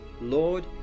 Lord